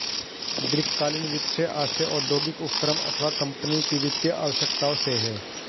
दीर्घकालीन वित्त से आशय औद्योगिक उपक्रम अथवा कम्पनी की वित्तीय आवश्यकताओं से है